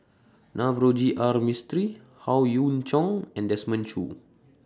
Navroji R Mistri Howe Yoon Chong and Desmond Choo